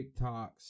TikToks